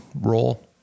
role